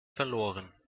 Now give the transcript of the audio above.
verloren